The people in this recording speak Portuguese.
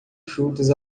frutas